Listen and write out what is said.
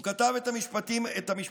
הוא כתב את המשפטים הבאים: